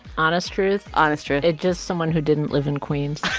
honest truth? honest truth it's just someone who didn't live in queens